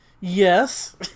Yes